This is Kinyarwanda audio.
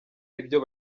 ibyo